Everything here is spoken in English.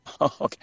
Okay